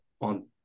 on